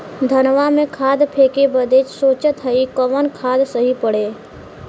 धनवा में खाद फेंके बदे सोचत हैन कवन खाद सही पड़े?